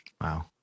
Wow